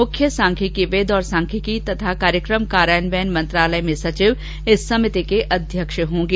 मुख्य सांख्यिकीविद और सांख्यिकी तथा कार्यक्रम कार्यान्वयन मंत्रालय में सचिव इस समिति के अध्यक्ष होंगे